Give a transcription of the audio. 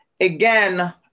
again